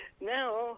now